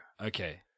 okay